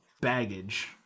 baggage